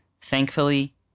Thankfully